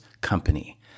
company